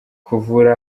kuvura